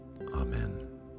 Amen